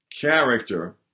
character